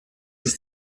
ist